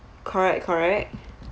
correct correct